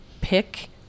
pick